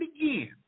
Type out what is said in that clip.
again